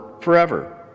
forever